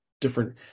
different